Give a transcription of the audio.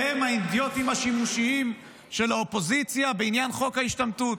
הוא אמר שהם האידיוטים השימושיים של האופוזיציה בעניין חוק ההשתמטות.